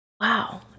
wow